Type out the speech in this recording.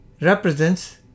represents